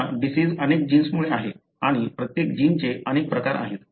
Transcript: तुमचा डिसिज अनेक जीन्समुळे आहे आणि प्रत्येक जीनचे अनेक प्रकार आहेत